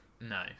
No